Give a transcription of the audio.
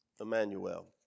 Emmanuel